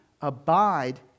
abide